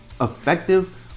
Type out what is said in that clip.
effective